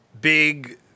big